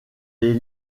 les